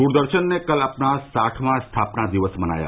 दूरदर्शन कल अपना साठवां स्थापना दिवस मनाया